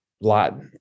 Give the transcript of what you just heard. lot